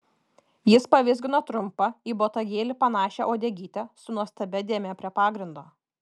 jis pavizgino trumpą į botagėlį panašią uodegytę su nuostabia dėme prie pagrindo